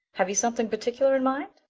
have you something particular in mind?